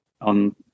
on